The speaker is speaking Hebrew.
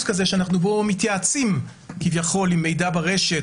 כזה שאנחנו מתייעצים כביכול עם מידע ברשת,